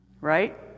right